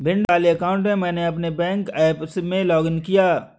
भिंड वाले अकाउंट से मैंने अपने बैंक ऐप में लॉग इन किया